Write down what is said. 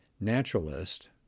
naturalist